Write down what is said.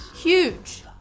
Huge